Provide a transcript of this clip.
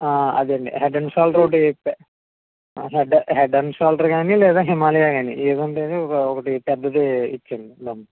అదే అండి head and shoulder ఒకటి head and head and shoulder కానీ లేదా హిమాలయ కానీ ఏది ఉంటే అది ఒకటి పెద్దది ఇచ్చేయండి